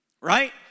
right